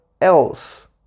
else